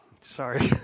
sorry